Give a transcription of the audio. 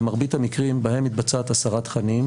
במרבית המקרים בהם מתבצעת הסרת תכנים,